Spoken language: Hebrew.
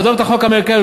עזוב את החוק האמריקני,